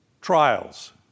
trials